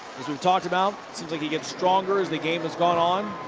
as we talked about. seems like he gets stronger as the game has gone on.